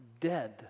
dead